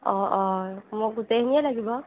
অ অ মোক গোটেইখিনিয়ে লাগিব